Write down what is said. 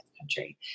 country